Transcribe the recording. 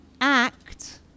act